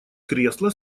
кресло